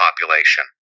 population